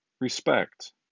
respect